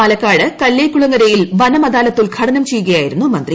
പാലക്കാട് കല്ലേകുളങ്ങരയിൽ വനം അദാലത്ത് ഉദ്ഘാടനം ചെയ്യുകയായിരുന്നു മന്ത്രി